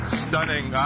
stunning